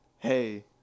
Hey